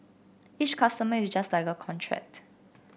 each customer is just like a contract